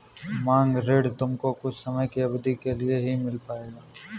मांग ऋण तुमको कुछ समय की अवधी के लिए ही मिल पाएगा